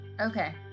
Okay